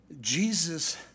Jesus